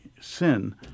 sin